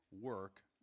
work